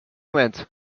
moment